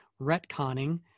retconning